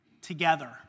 together